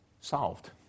solved